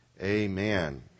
amen